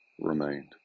remained